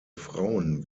frauen